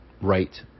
right